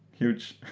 huge